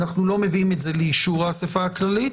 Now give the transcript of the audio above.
אנחנו לא מביאים את זה לאישור האספה הכללית,